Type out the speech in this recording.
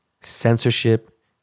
Censorship